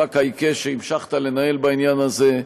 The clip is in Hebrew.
המאבק העיקש שהמשכת לנהל בעניין הזה.